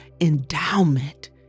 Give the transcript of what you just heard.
endowment